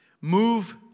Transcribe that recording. move